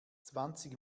zwanzig